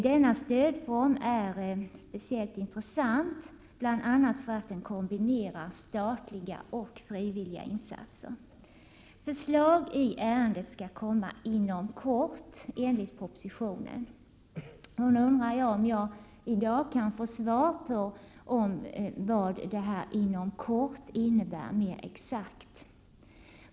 Denna stödform är speciellt intressant, bl.a. för att den kombinerar statliga och frivilliga insatser. Förslag i ärendet skall komma ”inom kort”, enligt propositionen. Nu undrar jag om jagi dag kan få svar på vad detta ”inom kort” mer exakt innebär.